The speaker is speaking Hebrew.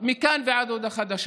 מכאן ועד הודעה חדשה,